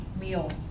meal